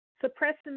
Suppressing